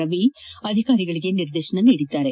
ರವಿ ಅಧಿಕಾರಿಗಳಿಗೆ ನಿರ್ದೇಶನ ನೀಡಿದ್ದಾರೆ